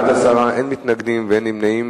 בעד, 10, אין מתנגדים ואין נמנעים.